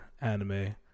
anime